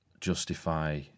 justify